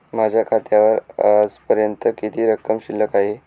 माझ्या खात्यावर आजपर्यंत किती रक्कम शिल्लक आहे?